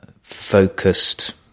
focused